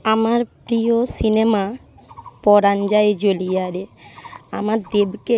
আমার প্রিয় সিনেমা পরান যায় জ্বলিয়া রে আমার দেবকে